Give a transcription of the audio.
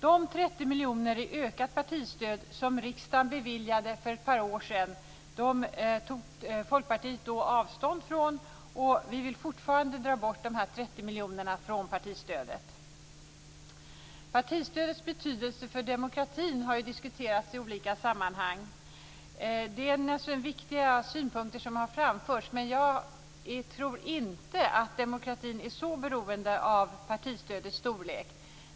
De 30 miljoner i ökat partistöd som riksdagen beviljade för ett par år sedan tog Folkpartiet då avstånd ifrån. Vi vill fortfarande dra bort dessa 30 miljoner från partistödet. Partistödets betydelse för demokratin har diskuterats i olika sammanhang. Det är naturligtvis viktiga synpunkter som har framförts, men jag tror inte att demokratin är så beroende av partistödets storlek.